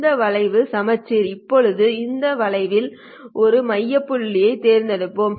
இந்த வளைவும் சமச்சீர் இப்போது இந்த வளைவில் ஒரு மையப்புள்ளியைத் தேர்ந்தெடுப்போம்